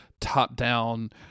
top-down